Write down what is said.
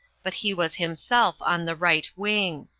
but he was himself on the right wing.